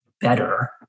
better